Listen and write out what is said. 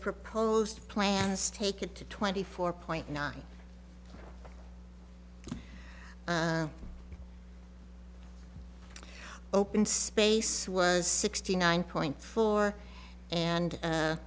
proposed plan is take it to twenty four point nine open space was sixty nine point four and